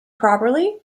properly